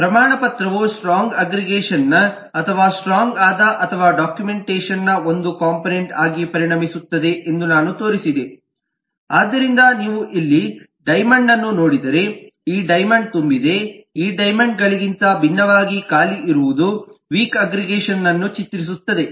ಪ್ರಮಾಣಪತ್ರವು strong ಅಗ್ಗ್ರಿಗೇಷನ್ನ ಅಥವಾ strong ಆದ ಅಥವಾ ಡಾಕ್ಯುಮೆಂಟೇಶನ್ನ ಒಂದು ಕಂಪೋನೆಂಟ್ ಆಗಿ ಪರಿಣಮಿಸುತ್ತದೆ ಎಂದು ನಾನು ತೋರಿಸಿದೆ ಆದ್ದರಿಂದ ನೀವು ಇಲ್ಲಿ ಡೈಮೆಂಡ್ನ ಅನ್ನು ನೋಡಿದರೆ ಈ ಡೈಮೆಂಡ್ ತುಂಬಿದೆ ಈ ಡೈಮೆಂಡ್ ಗಳಿಗಿಂತ ಭಿನ್ನವಾಗಿ ಖಾಲಿ ಇರುವುದು ವೀಕ್ ಅಗ್ಗ್ರಿಗೇಷನ್ ನನ್ನು ಚಿತ್ರಿಸುತ್ತದೆ